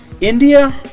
India